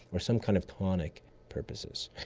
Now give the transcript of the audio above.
or some kind of tonic purposes,